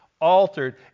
altered